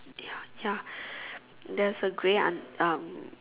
ya ya there's a grey aunt um